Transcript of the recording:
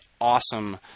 awesome